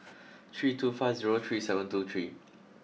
three two five zero three seven two three